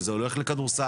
וזה הולך לכדורסל.